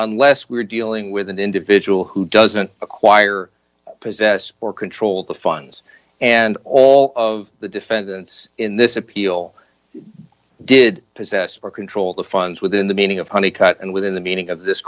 unless we're dealing with an individual who doesn't acquire possess or control the funds and all of the defendants in this appeal did possess or control the funds within the meaning of honey cut and within the meaning of this